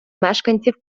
мешканців